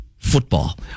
football